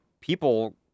people